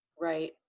Right